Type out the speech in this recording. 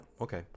Okay